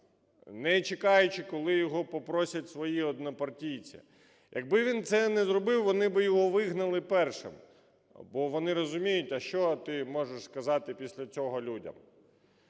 не чекаючи, коли його попросять свої однопартійці. Якби він це не зробив, вони би його вигнали перші, бо вони розуміють: а що ти можеш сказати після цього людям.